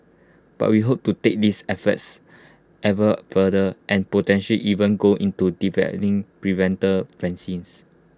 but we hope to take these efforts ever further and potential even go into developing preventive vaccines